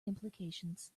implications